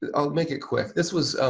ah i'll make it quick. this was